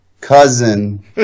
cousin